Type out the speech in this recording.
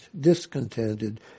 discontented